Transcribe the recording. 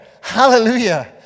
hallelujah